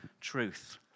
truth